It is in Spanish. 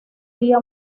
día